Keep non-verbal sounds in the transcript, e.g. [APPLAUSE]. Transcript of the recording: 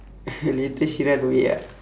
[LAUGHS] later she run away ah